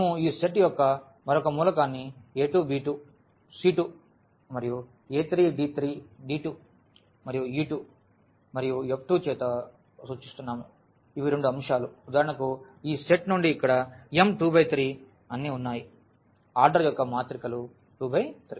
మేము ఈ సెట్ యొక్క మరొక మూలకాన్ని a2 b2 c2 మరియు a3 d3 d2 మరియు e2 మరియు f2 చేత సూచిస్తున్నాము ఇవి రెండు అంశాలు ఉదాహరణకు ఈ సెట్ నుండి ఇక్కడ M2 × 3 అన్నీ ఉన్నాయి ఆర్డర్ యొక్క మాత్రికలు 2 × 3